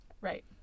Right